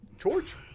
george